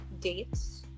dates